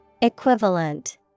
Equivalent